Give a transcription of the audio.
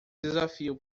desafio